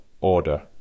order